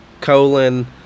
colon